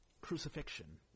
crucifixion